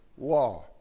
Law